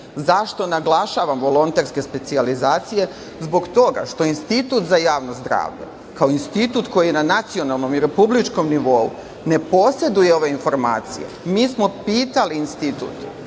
Zašto naglašavam volonterske specijalizacije? Zbog toga što Institut za javno zdravlje, kao institut koji na nacionalnom i republičkom nivou ne poseduje ove informacije, mi smo pitali Institut